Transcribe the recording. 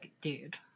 dude